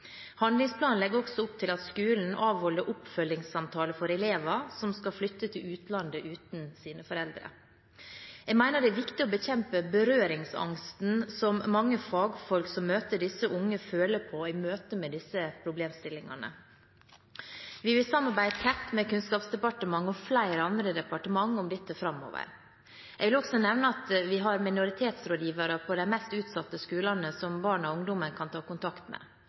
Handlingsplanen legger også opp til at skolen avholder oppfølgingssamtaler for elever som skal flytte til utlandet uten sine foreldre. Jeg mener det er viktig å bekjempe berøringsangsten som mange fagfolk som møter disse unge, føler på i møte med disse problemstillingene. Vi vil samarbeide tett med Kunnskapsdepartementet og flere andre departementer om dette framover. Jeg vil også nevne at vi har minoritetsrådgivere på de mest utsatte skolene, som barna og ungdommene kan ta kontakt med.